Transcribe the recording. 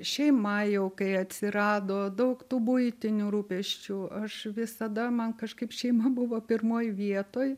šeima jau kai atsirado daug tų buitinių rūpesčių aš visada man kažkaip šeima buvo pirmoj vietoj